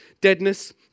Deadness